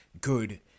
good